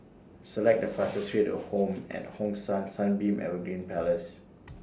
Select The fastest Way to Home At Hong San Sunbeam Evergreen Place